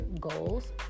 goals